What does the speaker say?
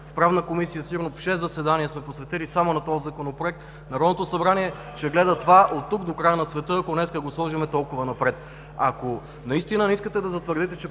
в Правната комисия сигурно шест заседания сме посветили само на този Законопроект, Народното събрание ще гледа това от тук до края на света, ако днес го сложим толкова напред. (Шум и реплики от ГЕРБ.) Ако наистина не искате да затвърдите,